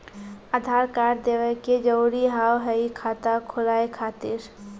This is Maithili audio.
आधार कार्ड देवे के जरूरी हाव हई खाता खुलाए खातिर?